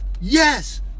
Yes